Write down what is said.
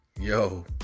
Yo